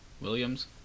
Williams